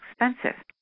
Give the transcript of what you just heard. expensive